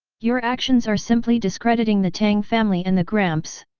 your actions are simply discrediting the tang family and the gramps!